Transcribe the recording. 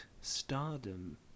stardom